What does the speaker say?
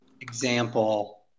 example